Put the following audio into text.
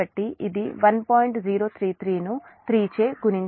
033 ను 3 చే గుణించాలి